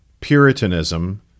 Puritanism